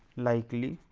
likely,